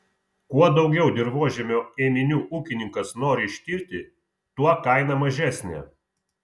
kuo daugiau dirvožemio ėminių ūkininkas nori ištirti tuo kaina mažesnė